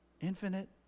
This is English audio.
infinite